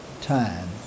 time